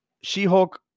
She-Hulk